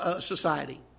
society